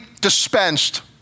dispensed